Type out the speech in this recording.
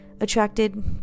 attracted